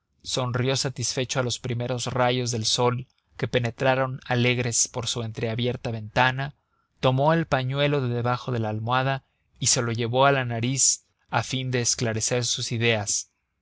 sonrió satisfecho a los primeros rayos del sol que penetraron alegres por su entreabierta ventana tomó el pañuelo de debajo de la almohada y se lo llevó a la nariz a fin de esclarecer sus ideas